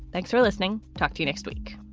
thanks for listening. talk to you next week